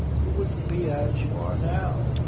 you wouldn't be as you are now.